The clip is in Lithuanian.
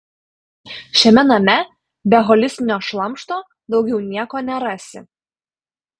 šiame name be holistinio šlamšto daugiau nieko nerasi